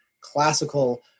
classical